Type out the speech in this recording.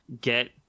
get